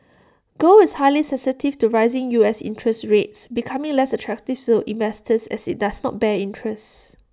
gold is highly sensitive to rising U S interest rates becoming less attractive to investors as IT does not bear interest